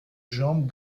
jambe